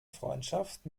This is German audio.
freundschaft